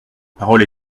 parole